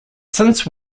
since